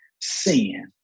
sin